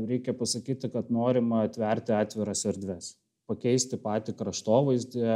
reikia pasakyti kad norima atverti atviras erdves pakeisti patį kraštovaizdį